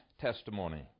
testimony